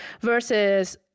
versus